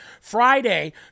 Friday